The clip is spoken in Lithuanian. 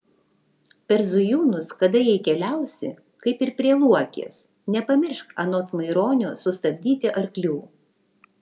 per zujūnus kada jei keliausi kaip ir prie luokės nepamiršk anot maironio sustabdyti arklių